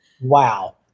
wow